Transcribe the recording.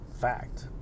fact